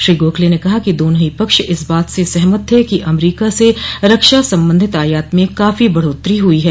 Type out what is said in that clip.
श्री गोखले ने कहा कि दोनों ही पक्ष इस बात से सहमत थे कि अमरीका से रक्षा संबंधित आयात में काफी बढ़ोतरी हुई है